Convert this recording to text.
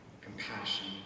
compassion